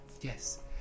Yes